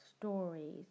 stories